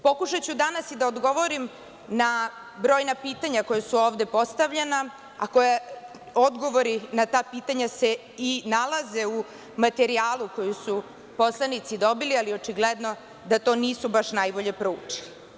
Pokušaću danas i da odgovorim na brojna pitanja koja su ovde postavljena, a odgovori na ta pitanja se nalaze i u materijali koji su poslanici dobili, ali očigledno da to nisu baš najbolje proučili.